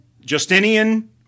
Justinian